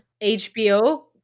HBO